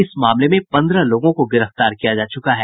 इस मामले में पन्द्रह लोगों को गिरफ्तार किया जा चुका है